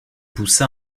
poussa